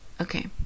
Okay